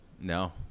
No